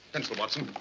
pencil, watson.